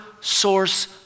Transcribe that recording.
source